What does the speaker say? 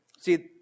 See